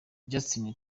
justin